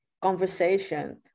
conversation